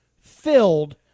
filled